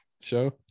show